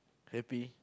happy